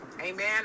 Amen